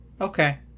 Okay